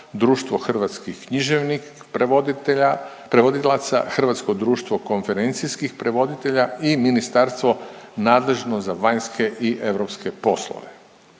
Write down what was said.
Hrvatsko društvo konferencijskih prevoditelja i Ministarstvo nadležno za vanjske i europske poslove.